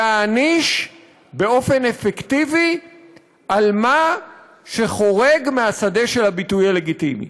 להעניש באופן אפקטיבי על מה שחורג מהשדה של הביטוי הלגיטימי,